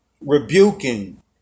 rebuking